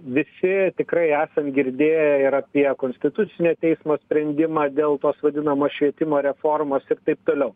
visi tikrai esam girdėję ir apie konstitucinio teismo sprendimą dėl tos vadinamos švietimo reformos ir taip toliau